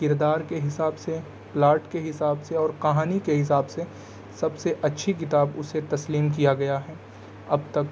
کردار کے حساب سے پلاٹ کے حساب سے اور کہانی کے حساب سے سب سے اچھی کتاب اسے تسلیم کیا گیا ہے اب تک